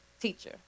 teacher